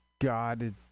God